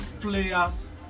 players